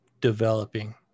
developing